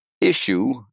issue